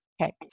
Okay